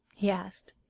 he asked.